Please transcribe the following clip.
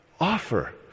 offer